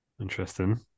interesting